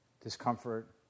discomfort